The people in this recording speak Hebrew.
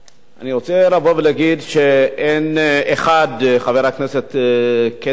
אני רוצה להגיד שאין אחד, חבר הכנסת כצל'ה,